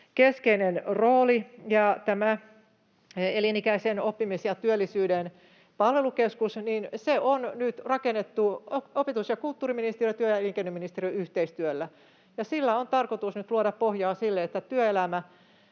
keskeinen rooli, ja tämä elinikäisen oppimisen ja työllisyyden palvelukeskus on nyt rakennettu opetus- ja kulttuuriministeriön ja työ- ja elinkeinoministeriön yhteistyöllä, ja sillä on tarkoitus nyt luoda pohjaa sille, että